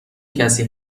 کسی